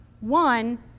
One